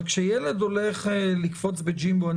אבל כשילד הולך לקפוץ בג'ימבורי אני